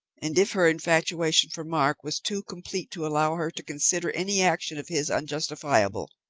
and, if her infatuation for mark was too complete to allow her to consider any action of his unjustifiable,